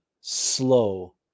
slow